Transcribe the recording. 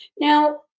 Now